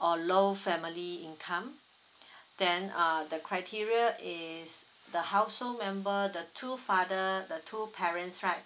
or low family income then uh the criteria is the household member the two father the two parents right